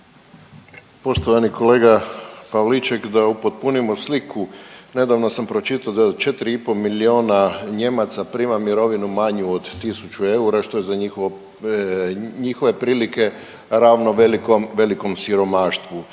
Poštovani kolega Pavliček, da upotpunimo sliku, nedavno sam pročitao da 4,5 miliona Nijemaca prima mirovinu manju od 1.000 eura što je za njihovo, njihove prilike ravno velikom, velikom siromaštvu.